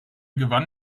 gewann